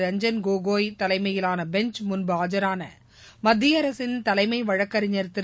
ரஞ்சன் கோகாய் தலைமையிலான பெஞ்ச் முன்பு ஆஜரான மத்திய அரசின் தலைமை வழக்கறிஞர் திரு